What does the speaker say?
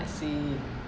I see